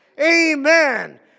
Amen